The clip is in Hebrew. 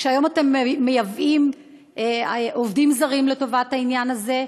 כשהיום אתם מייבאים עובדים זרים לטובת העניין הזה,